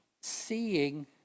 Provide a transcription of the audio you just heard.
seeing